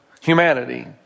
humanity